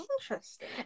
interesting